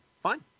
fine